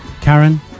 karen